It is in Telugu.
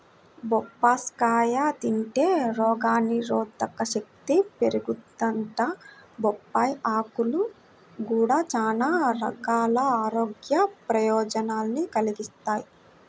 బొప్పాస్కాయ తింటే రోగనిరోధకశక్తి పెరిగిద్దంట, బొప్పాయ్ ఆకులు గూడా చానా రకాల ఆరోగ్య ప్రయోజనాల్ని కలిగిత్తయ్